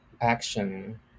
action